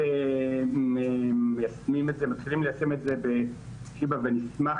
אנחנו מתחילים ליישם את זה מקומית בשיבא ונשמח